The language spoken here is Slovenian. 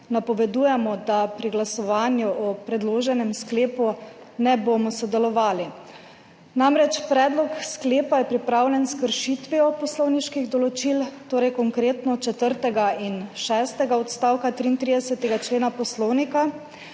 napovedujemo, da pri glasovanju o predloženem sklepu ne bomo sodelovali. Namreč, predlog sklepa je pripravljen s kršitvijo poslovniških določil, konkretno četrtega in šestega odstavka 33. člena Poslovnika,